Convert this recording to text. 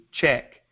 check